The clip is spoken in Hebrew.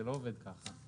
זה לא עובד ככה.